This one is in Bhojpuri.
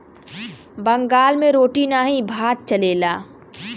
बंगाल मे रोटी नाही भात चलेला